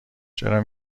چرا